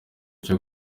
cyo